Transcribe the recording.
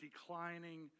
declining